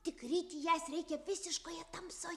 tik ryti jas reikia visiškoje tamsoje